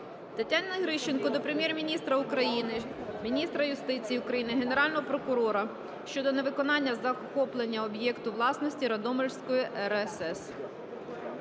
Тетяни Грищенко до Прем'єр-міністра України, міністра юстиції України, Генерального прокурора щодо незаконного захоплення об'єкту власності Радомишльської РСС.